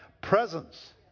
presence